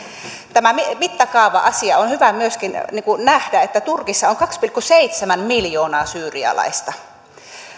tämä mittakaava asia on hyvä nähdä turkissa on kaksi pilkku seitsemän miljoonaa syyrialaista